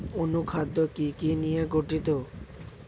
অনুখাদ্য কি কি নিয়ে গঠিত?